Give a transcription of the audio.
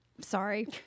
Sorry